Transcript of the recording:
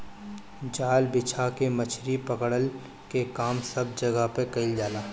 जाल बिछा के मछरी पकड़ला के काम सब जगह पे कईल जाला